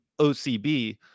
OCB